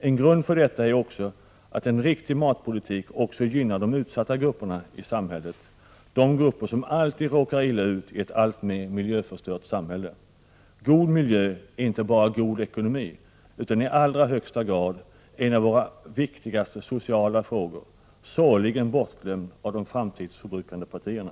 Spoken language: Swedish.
En grund för detta är också att en riktig matpolitik gynnar även de utsatta grupperna i samhället, de grupper som alltid råkar illa ut i ett alltmera miljöförstört samhälle. God miljö är inte bara god ekonomi utan i allra högsta grad en av våra allra viktigaste sociala frågor, sorgligen bortglömd av de framtidsförbrukande partierna.